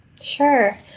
Sure